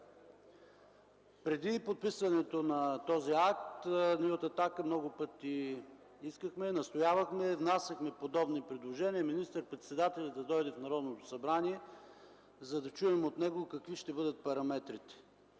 Преди подписването на този акт ние от „Атака” много пъти искахме, настоявахме, внасяхме подобни предложения – министър-председателят да дойде в Народното събрание, за да чуем от него какви ще бъдат параметрите.